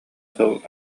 сыл